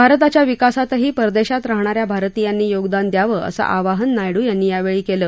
भारताच्या विकासातही परदेशात राहणारया भारतीयांनी योगदान द्यावं असं आवाहन नायडू यांनी यावेळी केलं